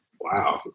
Wow